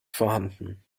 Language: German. vorhanden